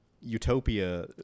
utopia